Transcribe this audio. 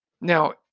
now